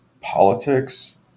politics